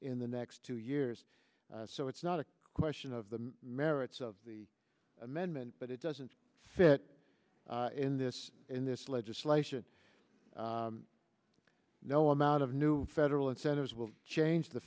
in the next two years so it's not a question of the merits of the amendment but it doesn't fit in this in this legislation no amount of new federal incentives will change the